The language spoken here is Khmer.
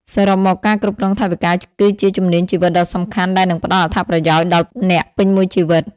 សរុបមក ការគ្រប់គ្រងថវិកាគឺជាជំនាញជីវិតដ៏សំខាន់ដែលនឹងផ្តល់អត្ថប្រយោជន៍ដល់អ្នកពេញមួយជីវិត។